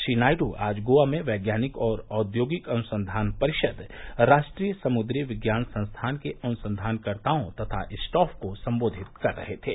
श्री नायडू आज गोवा में वैज्ञानिक और औद्योगिक अनुसंधान परिषद राष्ट्रीय समुद्री विज्ञान संस्थान के अनुसंधानकर्ताओं तथा स्टॉफ को संबोधित कर रहे थे